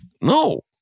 no